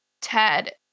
Ted